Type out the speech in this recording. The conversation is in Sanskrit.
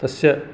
तस्य